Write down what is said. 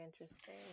interesting